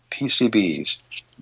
PCBs